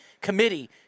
Committee